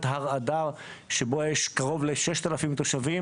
הר אדם הוא יישוב שבו יש קרוב ל-6,000 תושבים.